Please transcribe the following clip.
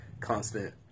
constant